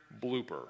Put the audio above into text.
blooper